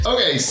Okay